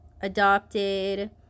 adopted